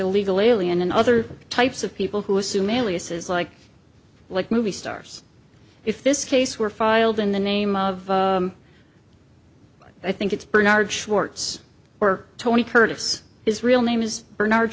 illegal alien and other types of people who assume aliases like like movie stars if this case were filed in the name of i think it's bernard schwartz or tony curtis his real name is bernard